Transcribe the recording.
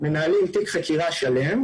מנהלים תיק חקירה שלם.